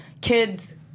kids